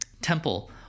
temple